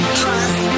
trust